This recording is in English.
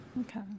Okay